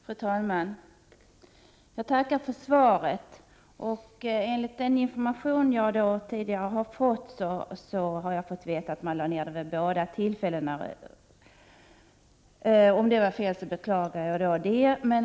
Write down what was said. Fru talman! Jag tackar för svaret. Enligt den information jag tidigare har fått lade Sverige ned sin röst vid båda tillfällena då de aktuella rapporterna behandlades i Världshälsoförsamlingen. Jag beklagar om den information jag fått är felaktig.